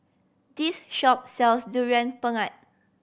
this shop sells Durian Pengat